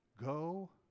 Go